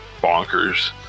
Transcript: bonkers